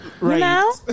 Right